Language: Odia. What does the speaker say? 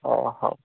ଅ ହଉ